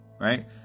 right